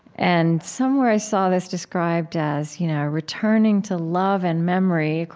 and somewhere i saw this described as, you know, returning to love and memory,